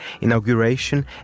inauguration